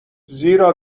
زیرا